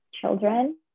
children